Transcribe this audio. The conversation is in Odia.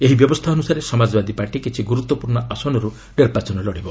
ଏହି ବ୍ୟବସ୍ଥା ଅନୁସାରେ ସମାଜବାଦୀ ପାର୍ଟି କିଛି ଗୁରୁତ୍ୱପୂର୍ଣ୍ଣ ଆସନରୁ ନିର୍ବାଚନ ଲଢିବ